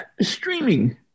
Streaming